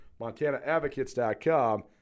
MontanaAdvocates.com